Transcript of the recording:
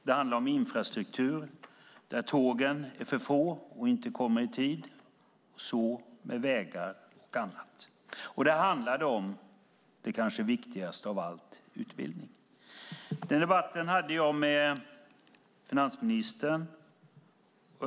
Det handlade om infrastruktur, där tågen är för få och inte kommer i tid, och likaså vägar och annat. Det handlade också om det kanske viktigaste av allt, nämligen utbildning. Den debatten hade jag med finansministern.